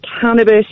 cannabis